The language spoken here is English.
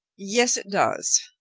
yes, it does.